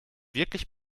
wirklich